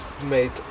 made